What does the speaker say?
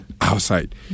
outside